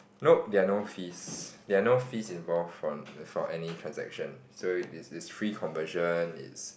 nope there are no fees there are no fees involved for for any transaction so it's it's free conversion it's